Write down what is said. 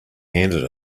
handed